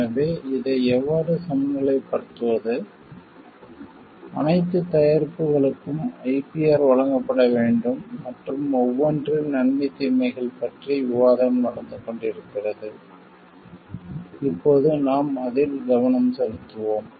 எனவே இதை எவ்வாறு சமநிலைப்படுத்துவது அனைத்து தயாரிப்புகளுக்கும் IPR வழங்கப்பட வேண்டும் மற்றும் ஒவ்வொன்றின் நன்மை தீமைகள் பற்றிய விவாதம் நடந்து கொண்டிருக்கிறது இப்போது நாம் அதில் கவனம் செலுத்துகிறோம்